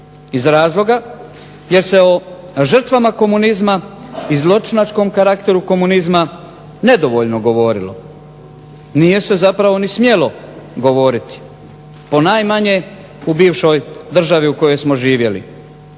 iz razloga jer se o žrtvama komunizma i zločinačkom karakteru komunizma nedovoljno govorilo. Nije se zapravo ni smjelo govoriti, o najmanje u bivšoj državi u kojoj smo živjeli,